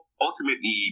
ultimately